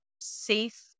safe